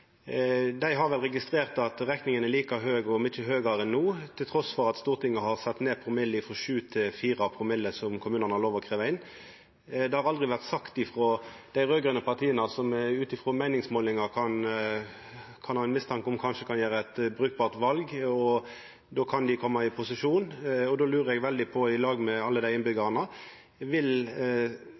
Dei har vel registrert at rekninga er like høg og mykje høgare no, trass i at Stortinget har sett ned promillen kommunane har lov til å krevja inn, frå 7 promille til 4. Det har aldri vore sagt frå dei raud-grøne partia, som ein ut frå meiningsmålingar kan ha mistanke om kanskje kan gjera eit brukbart val, og då kan dei koma i posisjon. Då lurar eg veldig på, i lag med alle dei innbyggjarane: Vil